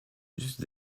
juste